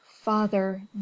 father